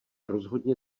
rozhodně